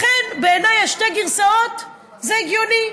לכן, בעיניי, שתי גרסאות זה הגיוני,